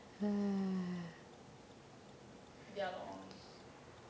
ya lor